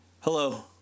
Hello